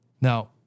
Now